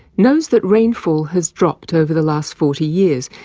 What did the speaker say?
knows that rainfall has dropped over the last forty years,